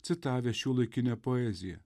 citavęs šiuolaikinę poeziją